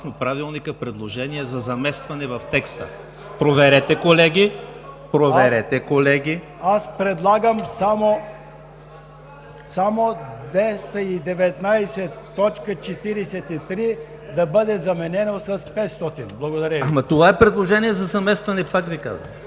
Ама, това е предложение за заместване, пак Ви казвам.